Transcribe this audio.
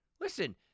listen